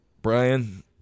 Brian